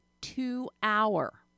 two-hour